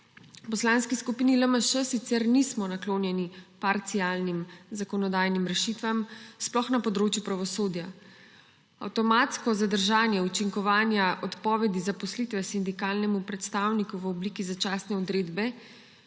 Poslanski skupini LMŠ sicer nismo naklonjeni parcialnim zakonodajnim rešitvam, sploh na področju pravosodja. Avtomatsko zadržanje učinkovanja odpovedi zaposlitve sindikalnemu predstavniku v obliki začasne odredbe